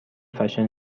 فشن